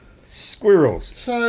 Squirrels